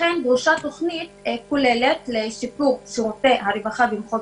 לכן דרושה תוכנית כוללת לשיפור שירותי הרווחה במחוז